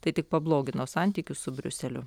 tai tik pablogino santykius su briuseliu